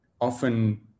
often